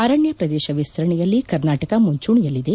ಅರಣ್ಯ ಪ್ರದೇಶ ವಿಸ್ತರಣೆಯಲ್ಲಿ ಕರ್ನಾಟಕ ಮುಂಚೂಣಿಯಲ್ಲಿದೆ